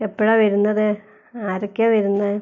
എപ്പഴാണ് വരുന്നത് ആരൊക്കെയാണ് വരുന്നത്